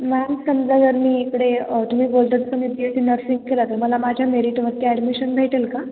ma'am समजा जर मी इकडे तुम्ही बोलतात तसं मी बी एस्सी नर्सिंग केला तर मला माझ्या मेरिटवरती ॲडमिशन भेटेल का